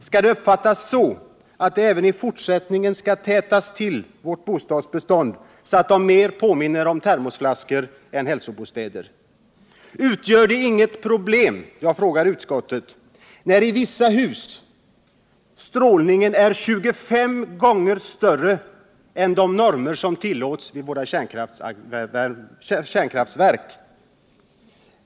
Skall det uppfattas så att bostäderna även i fortsättningen skall tätas till så att de mer påminner om termosflaskor än hälsosamma bostäder? Utgör det inget problem — jag frågar utskottet det — att i vissa hus strålningen är 25 gånger större än den som tillåts enligt normerna för kärnkraftverken?